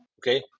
Okay